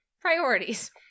priorities